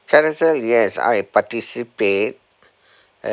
carousell yes I have participate and